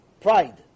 pride